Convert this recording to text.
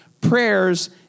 prayers